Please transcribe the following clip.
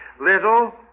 Little